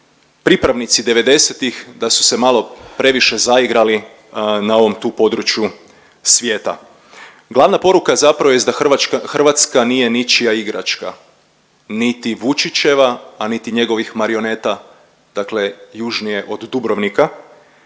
pripravnici devedesetih da su se malo previše zaigrali na ovom tu području svijeta. Glavna poruka zapravo jest da Hrvatska nije ničija igračka, niti Vučićeva, a niti njegovih marioneta, dakle južnije od Dubrovnika